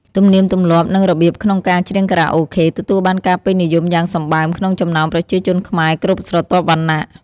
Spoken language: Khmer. ទំនៀមទំលាប់និងរបៀបក្នុងការច្រៀងខារ៉ាអូខេ ទទួលបានការពេញនិយមយ៉ាងសម្បើមក្នុងចំណោមប្រជាជនខ្មែរគ្រប់ស្រទាប់វណ្ណៈ។